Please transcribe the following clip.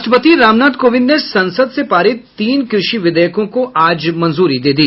राष्ट्रपति रामनाथ कोविन्द ने संसद से पारित तीन कृषि विधेयकों को आज मंजूरी दे दी